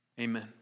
Amen